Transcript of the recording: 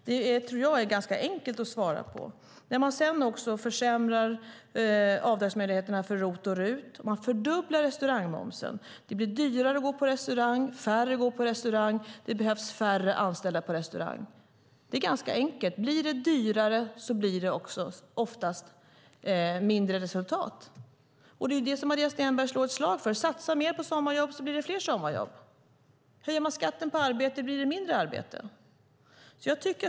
Det tror jag är ganska enkelt att svara på. Man vill också försämra avdragsmöjligheterna i ROT och RUT och vill fördubbla restaurangmomsen. Det blir dyrare att gå på restaurang, färre går på restaurang och det behövs färre anställda på restaurang. Det är ganska enkelt: Blir det dyrare blir det oftast också mindre resultat. Det som Maria Stenberg slår ett slag för är: Satsa mer på sommarjobb så blir det fler sommarjobb. Höjer man skatten på arbete blir det mindre arbete.